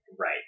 Right